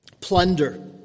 Plunder